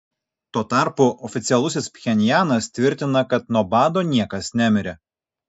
tuo tarpu oficialusis pchenjanas tvirtina kad nuo bado niekas nemirė